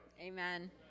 Amen